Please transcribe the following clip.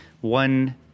one